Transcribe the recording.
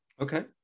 Okay